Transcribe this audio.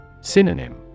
Synonym